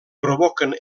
provoquen